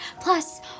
plus